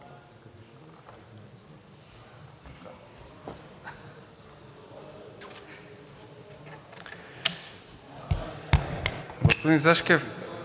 Господин Зашкев,